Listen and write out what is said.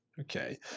Okay